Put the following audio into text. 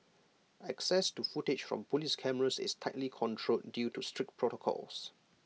access to footage from Police cameras is tightly controlled due to strict protocols